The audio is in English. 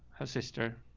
her sister,